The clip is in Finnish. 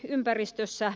ympäristössä